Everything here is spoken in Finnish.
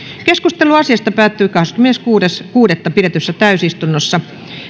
keskustelu asiasta päättyi kahdeskymmeneskuudes kuudetta kaksituhattakahdeksantoista pidetyssä täysistunnossa